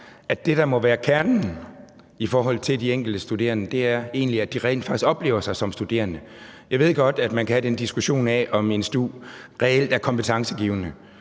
at det, der må være kernen i forhold til de enkelte studerende, egentlig er, at de rent faktisk oplever sig som studerende. Jeg ved godt, at man kan have en diskussion af, om stu reelt er kompetencegivende,